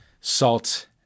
Salt